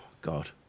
god